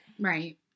right